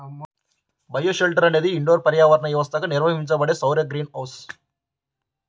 bioshelter అనేది indoor పర్యావరణ వ్యవస్థగా నిర్వహించబడే సౌర గ్రీన్ హౌస్